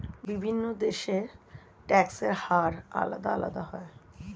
বিভিন্ন দেশের ট্যাক্সের হার আলাদা আলাদা হয়